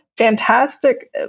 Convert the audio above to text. Fantastic